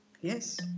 yes